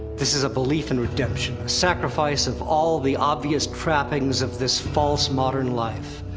this is a belief in redemption, a sacrifice of all the obvious trappings of this false modern life.